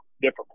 different